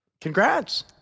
Congrats